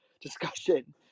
discussion